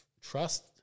trust